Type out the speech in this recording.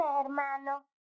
hermano